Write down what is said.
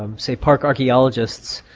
um say park archaeologists,